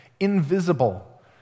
invisible